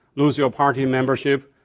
lose your party membership.